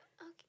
okay